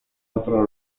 otro